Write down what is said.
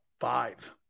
Five